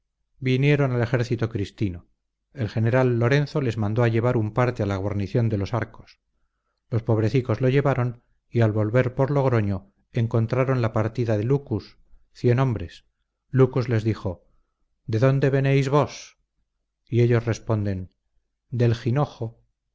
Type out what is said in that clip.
vinieron al ejército cristino el general lorenzo les mandó a llevar un parte a la guarnición de los arcos los pobrecicos lo llevaron y al volver por logroño encontraron la partida de lucus cien hombres lucus les dijo de dónde venéis vos y ellos responden del jinojo